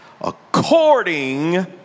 According